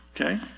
Okay